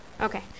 Okay